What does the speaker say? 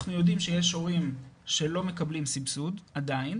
אנחנו יודעים שיש הורים שלא מקבלים סבסוד עדיין,